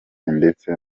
ndetse